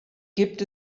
gibt